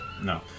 No